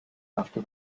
after